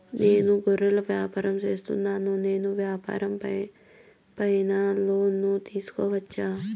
నేను గొర్రెలు వ్యాపారం సేస్తున్నాను, నేను వ్యాపారం పైన లోను తీసుకోవచ్చా?